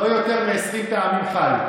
לא יותר מ-20 פעמים ח"י,